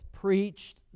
preached